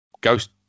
Ghost